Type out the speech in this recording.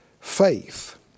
Faith